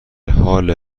حال